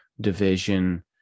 division